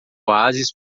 oásis